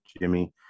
Jimmy